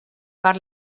per